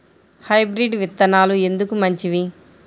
Hybrid విత్తనాలు ఎందుకు మంచివి?